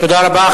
תודה רבה.